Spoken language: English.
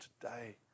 today